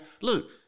look